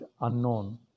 unknown